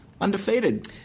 undefeated